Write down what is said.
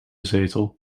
zetel